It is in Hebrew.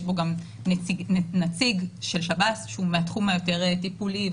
פה גם נציג של שב"ס מהתחום היות טיפולי.